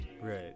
right